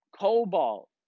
cobalt